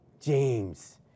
James